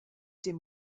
dem